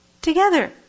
Together